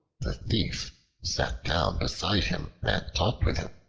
the thief sat down beside him and talked with him.